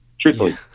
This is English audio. Truthfully